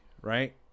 right